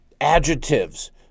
adjectives